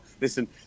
listen